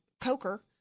Coker